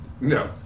No